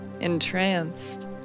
entranced